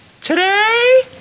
today